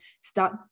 start